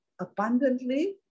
abundantly